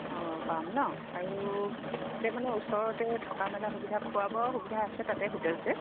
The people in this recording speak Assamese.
অঁ পাম নহ্ আৰু তাতে মানে ওচৰতে থকা মেলাৰ সুবিধা খোৱা বোৱাও সুবিধা আছে তাতে হোটেলচে